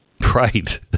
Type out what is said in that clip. right